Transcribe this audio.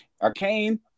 Arcane